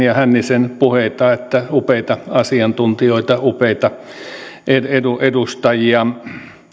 ja hänninen puheita että upeita asiantuntijoita upeita edustajia